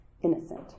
Innocent